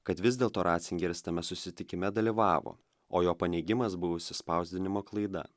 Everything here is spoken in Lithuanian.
kad vis dėlto racingeris tame susitikime dalyvavo o jo paneigimas buvusi spausdinimo klaida